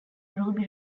ruby